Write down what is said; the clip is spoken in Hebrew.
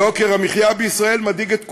יוקר המחיה בישראל מדאיג את כולנו,